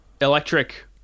electric